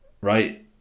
right